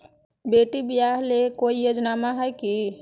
बेटी ब्याह ले कोई योजनमा हय की?